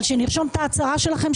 אבל שנרשום את ההצעה שלכם,